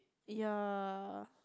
ya